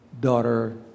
daughter